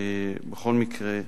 בכל מקרה,